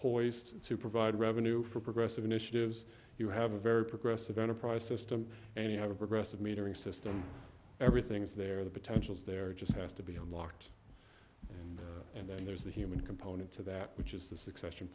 poised to provide revenue for progressive initiatives you have a very progressive enterprise system and you have a progressive metering system everything is there the potentials there just has to be unlocked and then there's the human component to that which is the succession